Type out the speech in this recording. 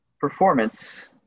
performance